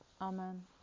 Amen